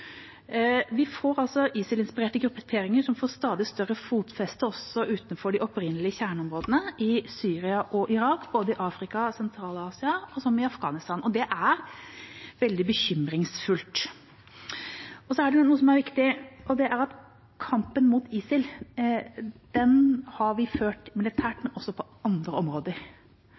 Vi har altså ISIL-inspirerte grupperinger som får stadig større fotfeste også utenfor de opprinnelig kjerneområdene i Syria og Irak, både i Afrika og i Sentral-Asia, som i Afghanistan, og det er veldig bekymringsfullt. Så er det noe som er viktig, og det er at kampen mot ISIL har vi ført militært, men også på andre områder.